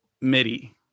MIDI